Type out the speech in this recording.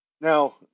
now